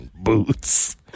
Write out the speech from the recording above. Boots